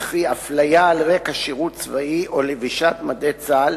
וכי אפליה על רקע שירות צבאי או לבישת מדי צה"ל